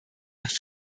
nach